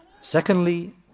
Secondly